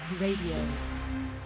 Radio